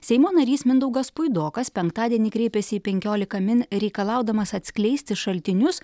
seimo narys mindaugas puidokas penktadienį kreipėsi į penkiolika min reikalaudamas atskleisti šaltinius